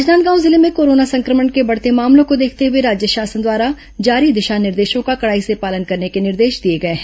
राजनांदगांव जिले में कोरोना संक्रमण के बढ़ते मामलों को देखते हुए राज्य शासन द्वारा जारी दिशा निर्देशों का कड़ाई से पालन करने के निर्देश दिए गए हैं